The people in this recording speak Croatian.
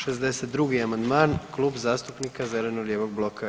62. amandman Klub zastupnika zeleno-lijevog bloka.